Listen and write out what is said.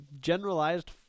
generalized